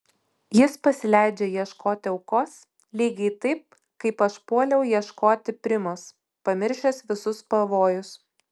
jis pasileidžia ieškoti aukos lygiai taip kaip aš puoliau ieškoti primos pamiršęs visus pavojus